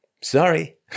sorry